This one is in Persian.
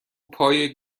پای